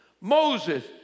Moses